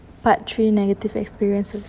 part three negative experiences